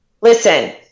Listen